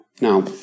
Now